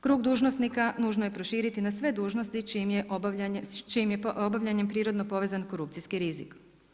Krug dužnosnika nužno je proširiti na sve dužnosti s čijim je obavljanjem prirodno povezan korupcijski rizik.